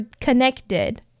connected